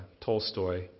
Tolstoy